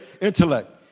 intellect